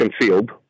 concealed